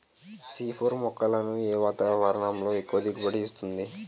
C four మొక్కలను ఏ వాతావరణంలో ఎక్కువ దిగుబడి ఇస్తుంది?